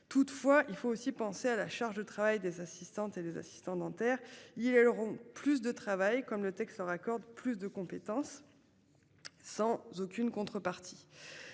Toutefois, il faut aussi penser à la charge de travail des assistantes et des assistants dentaires il elles auront plus de travail comme le texte leur accorde plus de compétences. Sans aucune contrepartie